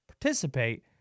participate